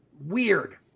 Weird